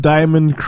Diamond